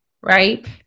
right